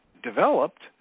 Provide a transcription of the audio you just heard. developed